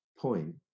point